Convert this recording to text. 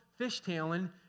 fishtailing